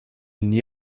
n’y